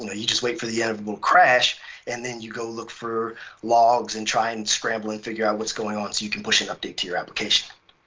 you know you just wait for the editor will crash and then you go look for logs and try and scrambling to figure out what's going on so you can push an update to your application.